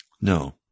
No